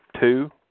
two